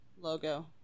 logo